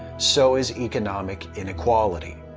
so is economic inequality.